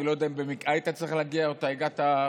אני לא יודע אם היית צריך להגיע או שאתה הגעת במיוחד.